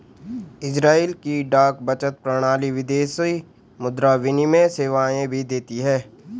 Israel की डाक बचत प्रणाली विदेशी मुद्रा विनिमय सेवाएं भी देती है